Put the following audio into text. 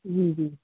जी जी